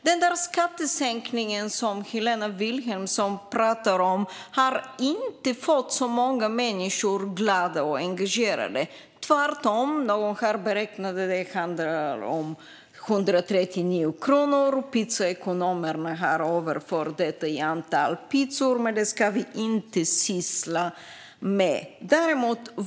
Den skattesänkning som Helena Vilhelmsson talar om har inte gjort så många människor glada och engagerade - tvärtom. Det handlar om 139 kronor. Pizzaekonomerna har överfört detta i antal pizzor. Men det ska vi inte syssla med.